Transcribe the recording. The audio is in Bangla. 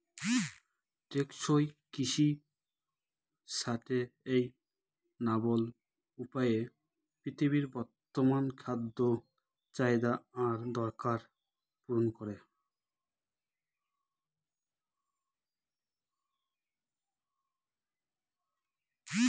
টেকসই কৃষি সাস্টেইনাবল উপায়ে পৃথিবীর বর্তমান খাদ্য চাহিদা আর দরকার পূরণ করে